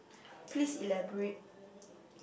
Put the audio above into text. please elaborate